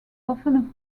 often